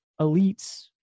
elites